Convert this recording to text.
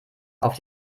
auf